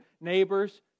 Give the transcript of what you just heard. neighbors